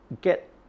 get